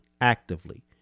actively